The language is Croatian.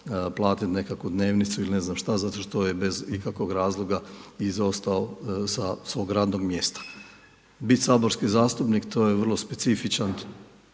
platiti nekakvu dnevnicu ili ne znam šta zato što je bez ikakvog razlog izostao sa svog radnog mjesta. Biti saborski zastupnik to je vrlo specifičan,